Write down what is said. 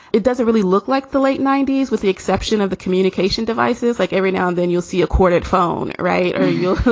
it doesn't really look like the late ninety s with the exception of the communication devices. like every now and then you'll see a corded phone. right. or you'll,